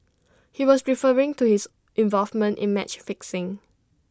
he was referring to his involvement in match fixing